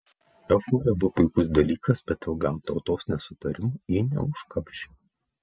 euforija buvo puikus dalykas bet ilgam tautos nesutarimų ji neužkamšė